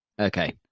okay